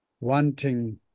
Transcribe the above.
wanting